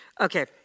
Okay